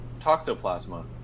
toxoplasma